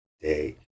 day